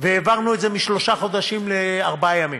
והעברנו את זה משלושה חודשים לארבעה ימים.